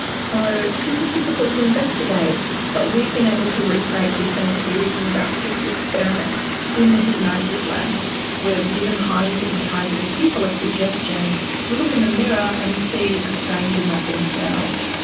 so this is difficult to investigate but we've been able to recreate this in a series of about six experiments in the hypnosis lab, where we've given highly hypnotisable people a suggestion to look in the mirror and see a stranger, not themselves.